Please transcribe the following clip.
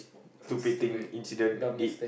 stupid thing incident we did